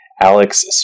Alex